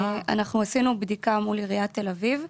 אנחנו עשינו בדיקה מול עיריית תל אביב.